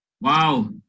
Wow